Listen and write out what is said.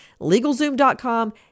LegalZoom.com